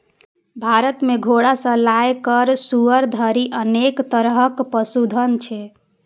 भारत मे घोड़ा सं लए कए सुअर धरि अनेक तरहक पशुधन छै